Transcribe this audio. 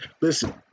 Listen